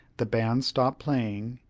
the band stopped playing,